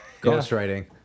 Ghostwriting